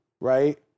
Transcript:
Right